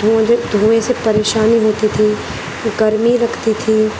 دھواں دھویں سے پریشانی ہوتی تھی گرمی لگتی تھی